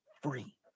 free